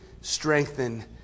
strengthen